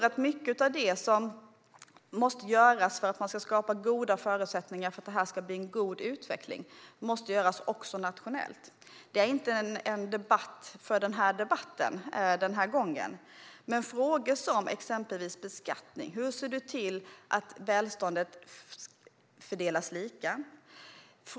Mycket av det som måste göras för att man ska skapa goda förutsättningar för en god utveckling måste göras också nationellt. Det är inte en debatt för debattens skull den här gången. När det gäller exempelvis frågor som beskattning, hur ser man till att välståndet fördelas lika?